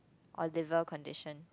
or liver condition